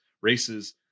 races